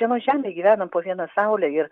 vienoj žemėj gyvenam po viena saule ir